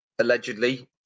allegedly